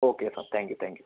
okay എന്നാൽ thank you thank you